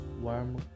warm